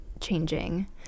changing